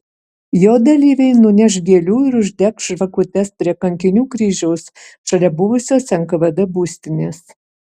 jo dalyviai nuneš gėlių ir uždegs žvakutes prie kankinių kryžiaus šalia buvusios nkvd būstinės